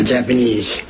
Japanese